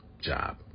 job